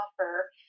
offer